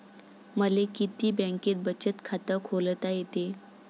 मले किती बँकेत बचत खात खोलता येते?